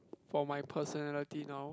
for my personality now